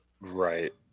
right